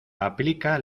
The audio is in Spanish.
aplica